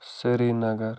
Sri Nagar